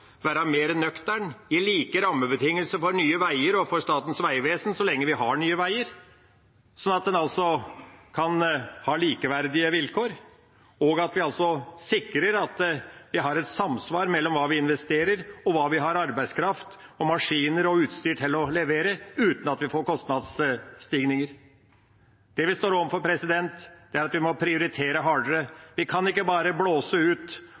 være mer nøktern. Vi må gi like rammebetingelser til Nye Veier og Statens vegvesen så lenge vi har Nye Veier, slik at de kan ha likeverdige vilkår, og slik at vi sikrer at det er samsvar mellom det vi investerer, og det vi har av arbeidskraft, maskiner og utstyr til å levere – uten at det blir kostnadsstigninger. Det vi står overfor, er at vi må prioritere hardere. Vi kan ikke bare blåse ut